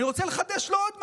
אני רוצה לחדש לו עוד משהו,